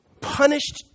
punished